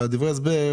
בדברי ההסבר,